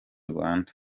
rwanda